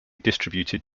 distributed